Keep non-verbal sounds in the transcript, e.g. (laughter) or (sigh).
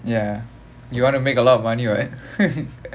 ya you want to make a lot of money right (noise)